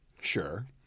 sure